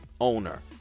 owner